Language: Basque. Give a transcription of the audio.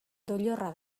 doilorra